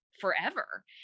forever